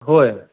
होय